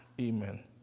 Amen